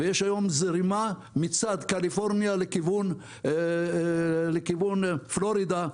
ויש היום זרימה מצד קליפורניה לכיוון פלורידה,